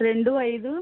రెండు ఐదు